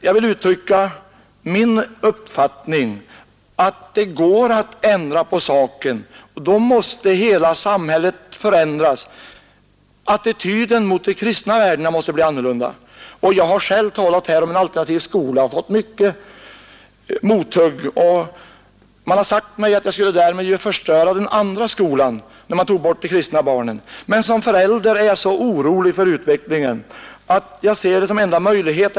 Jag vill dock uttrycka som min uppfattning, att det går att ändra på den saken, men då måste hela samhället förändras, och attityden mot de kristna värdena måste bli annorlunda. Jag har här i riksdagen själv talat om en alternativ skola och fått mycket mothugg. Man har sagt mig att vi skulle förstöra den andra skolan om vi toge bort de kristna barnen. Men som förälder är jag så orolig för utvecklingen, att jag ser detta som den enda möjligheten.